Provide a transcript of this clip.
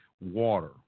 water